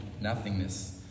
nothingness